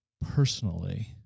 personally